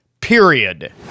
period